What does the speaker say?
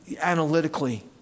analytically